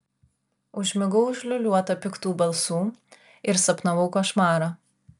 užmigau užliūliuota piktų balsų ir sapnavau košmarą